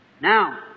Now